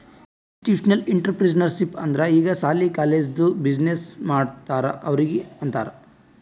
institutional entrepreneurship ಅಂದುರ್ ಈಗ ಸಾಲಿ, ಕಾಲೇಜ್ದು ಬಿಸಿನ್ನೆಸ್ ಮಾಡ್ತಾರ ಅವ್ರಿಗ ಅಂತಾರ್